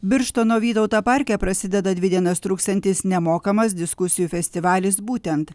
birštono vytauto parke prasideda dvi dienas truksiantis nemokamas diskusijų festivalis būtent